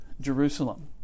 Jerusalem